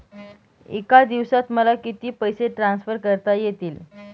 एका दिवसात मला किती पैसे ट्रान्सफर करता येतील?